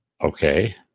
okay